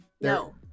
no